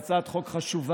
זו הצעת חוק חשובה,